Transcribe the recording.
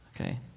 Okay